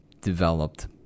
developed